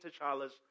T'Challa's